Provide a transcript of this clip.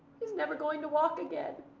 he's never going to walk again.